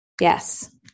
Yes